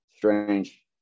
strange